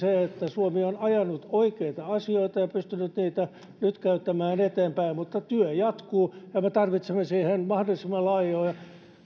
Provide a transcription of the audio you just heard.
suomi on ajanut oikeita asioita ja pystynyt niitä nytkäyttämään eteenpäin mutta työ jatkuu ja me tarvitsemme siihen mahdollisimman laajaa